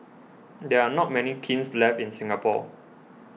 there are not many kilns left in Singapore